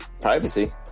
Privacy